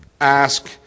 ask